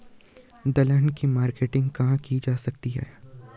दलहन की मार्केटिंग कहाँ की जा सकती है?